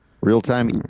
Real-time